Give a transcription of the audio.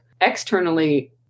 Externally